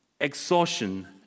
exhaustion